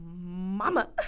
Mama